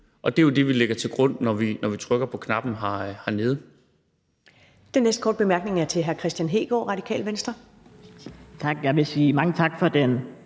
Det er jo det, vi ligger til grund, når vi trykker på knappen her